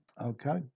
okay